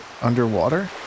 underwater